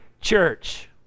church